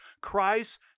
Christ